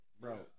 Bro